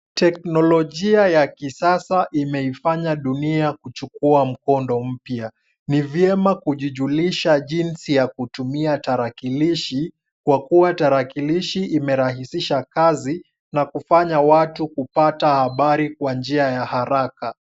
Teknolojia ya kisasa imeifanya dunia kuchukua mkondo mpya. Ni vyema kujijulisha jinsi ya kutumia tarakilishi, kwa kuwa tarakilishi imerahisisha kazi na kufanya watu kupata habari kwa njia ya haraka.